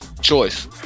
choice